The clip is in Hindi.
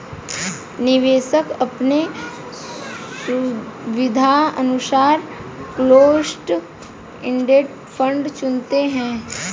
निवेशक अपने सुविधानुसार क्लोस्ड इंडेड फंड चुनते है